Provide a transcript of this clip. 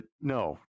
no